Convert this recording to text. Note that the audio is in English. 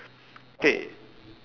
K